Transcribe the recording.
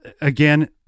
Again